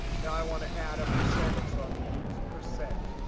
now i want to add a percentage, so i'm going to use percent.